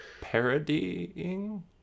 Parodying